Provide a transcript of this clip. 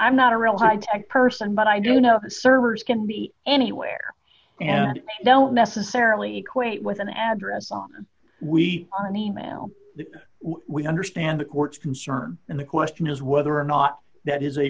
i'm not a real high tech person but i do know servers can be anywhere and don't necessarily equate with an address on we are in the mail we understand the court's concern and the question is whether or not that is a